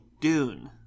Dune